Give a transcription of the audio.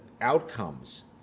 outcomes